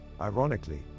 ironically